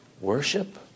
worship